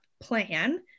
plan